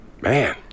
Man